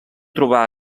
trobar